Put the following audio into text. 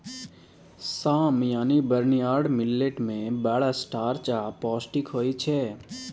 साम यानी barnyard millet मे बड़ स्टार्च आ पौष्टिक होइ छै